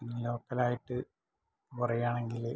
ലോക്കലായിട്ട് പറയുകയാണെങ്കിൽ